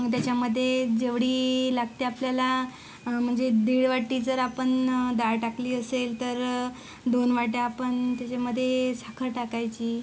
मग त्याच्यामध्ये जेवढी लागते आपल्याला म्हणजे दीड वाटी जर आपण डाळ टाकली असेल तर दोन वाट्या आपण त्याच्यामध्ये साखर टाकायची